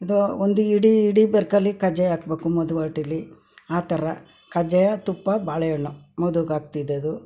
ಇದು ಒಂದು ಇಡೀ ಇಡೀ ಬರ್ಕಲ್ಲಿ ಕಜ್ಜಾಯ ಹಾಕಬೇಕು ಮದುವಾಟಿಲಿ ಆ ಥರ ಕಜ್ಜಾಯ ತುಪ್ಪ ಬಾಳೆಹಣ್ಣು ಮೆದುಗಾಗ್ತಿದ್ದದು